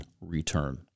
return